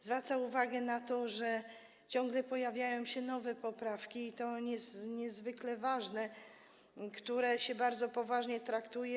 Zwracam uwagę na to, że ciągle pojawiają się nowe poprawki, i to niezwykle ważne, które się bardzo poważnie traktuje.